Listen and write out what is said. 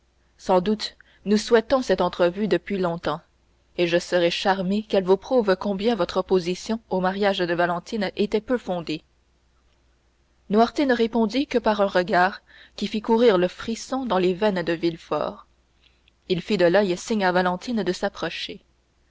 sans doute nous souhaitons cette entrevue depuis longtemps et je serai charmé qu'elle vous prouve combien votre opposition au mariage de valentine était peu fondée noirtier ne répondit que par un regard qui fit courir le frisson dans les veines de villefort il fit de l'oeil signe à valentine de s'approcher